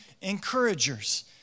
encouragers